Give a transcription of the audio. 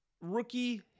rookie